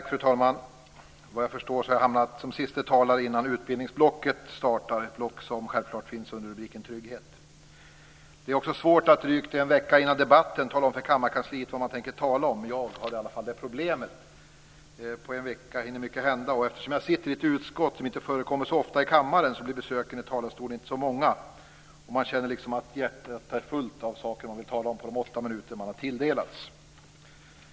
Fru talman! Vad jag förstår har jag hamnat som siste talare innan utbildningsblocket startar, ett block som självklart finns under rubriken "Trygghet". Det är också svårt att drygt en vecka före debatten tala om för Kammarkansliet vad man tänker tala om. Jag hade i alla fall det problemet. På en vecka hinner mycket hända, och eftersom jag sitter med i ett utskott som inte förekommer så ofta i kammaren blir besöken i talarstolen inte så många, så man känner att hjärtat är fullt av saker man vill tala om på de åtta minuter man har tilldelats.